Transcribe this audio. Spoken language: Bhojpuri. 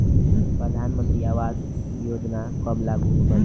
प्रधानमंत्री आवास योजना कब लागू भइल?